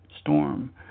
storm